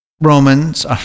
Romans